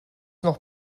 noch